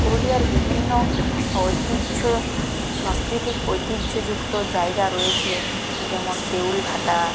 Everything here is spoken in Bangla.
পুরুলিয়ার বিভিন্ন ঐতিহ্য সংস্কৃতি ঐতিহ্যযুক্ত জায়গা রয়েছে যেমন দেউলঘাটা